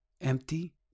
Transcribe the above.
Empty